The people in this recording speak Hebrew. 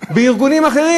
בארגונים אחרים.